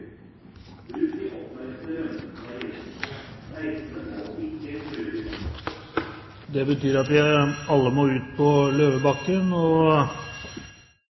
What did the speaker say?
Det betyr at alle må ut, og